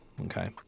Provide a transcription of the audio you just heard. Okay